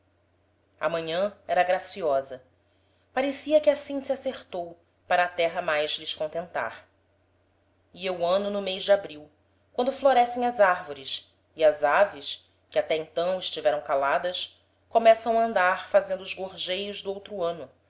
manhan era graciosa parecia que assim se acertou para a terra mais lhes contentar ia o ano no mês d'abril quando florescem as arvores e as aves que até então estiveram caladas começavam a andar fazendo os gorgeios do outro ano